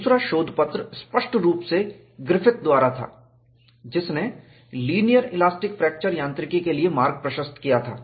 दूसरा शोधपत्र स्पष्ट रूप से ग्रिफ़िथ द्वारा था जिसने लीनियर इलास्टिक फ्रैक्चर यांत्रिकी के लिए मार्ग प्रशस्त किया था